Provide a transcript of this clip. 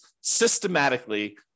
systematically